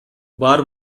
бар